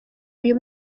uyu